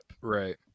Right